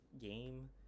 game